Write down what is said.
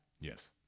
Yes